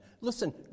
Listen